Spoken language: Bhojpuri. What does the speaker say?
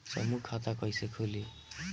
समूह खाता कैसे खुली?